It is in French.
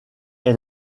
est